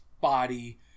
body